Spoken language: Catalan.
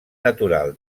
natural